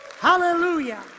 Hallelujah